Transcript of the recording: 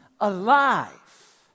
alive